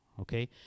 okay